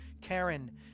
Karen